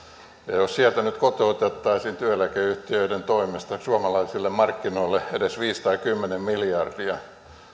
ja jos sieltä nyt kotiutettaisiin työeläkeyhtiöiden toimesta suomalaisille markkinoille edes viisi tai kymmenen miljardia niin